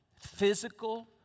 physical